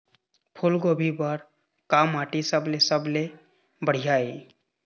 फूलगोभी बर का माटी सबले सबले बढ़िया ये?